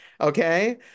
okay